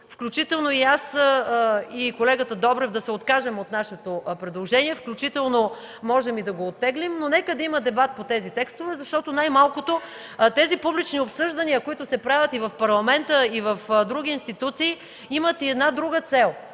„против”, аз и колегата Добрев да се откажем от нашето предложение, можем и да го оттеглим, но нека да има дебат по тези текстове, защото най-малкото тези публични обсъждания, които се правят и в Парламента, и в други институции, имат друга цел,